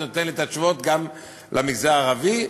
נותן לי את התשובות גם לגבי המגזר הערבי.